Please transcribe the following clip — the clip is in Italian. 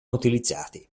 utilizzati